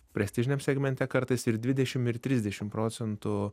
prestižiniam segmente kartais ir dvidešim ir trisdešim procentų